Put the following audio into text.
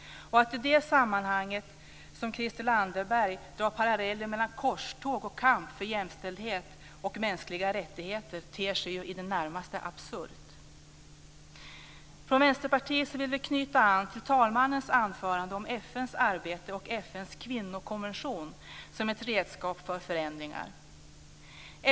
Att i det sammanhanget som Christel Anderberg dra paralleller mellan korståg och kamp för jämställdhet och mänskliga rättigheter ter sig i det närmaste absurt. Från Vänsterpartiet vill vi knyta an till talmannens anförande om FN:s arbete och FN:s kvinnokonvention som ett redskap för förändringar.